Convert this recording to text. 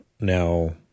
Now